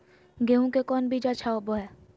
गेंहू के कौन बीज अच्छा होबो हाय?